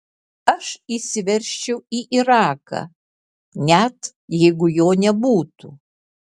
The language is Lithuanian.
aš įsiveržčiau į iraką net jeigu jo nebūtų